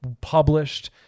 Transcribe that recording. published